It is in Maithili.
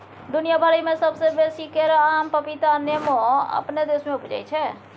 दुनिया भइर में सबसे बेसी केरा, आम, पपीता आ नेमो अपने देश में उपजै छै